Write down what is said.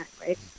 right